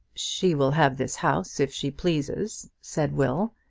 she will have this house if she pleases, said will.